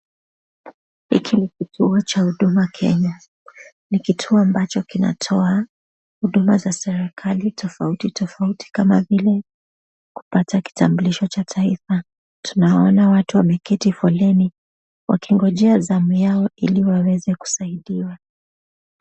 Hiki ni kituo cha Huduma Kenya. Ni kituo ambacho kinatoa huduma za serikali tofautitofauti kama vile kupata kitambulisho cha taifa. Tunaona watu wameketi foleni wakingojea zamu yao ili waweze kusaidiwa.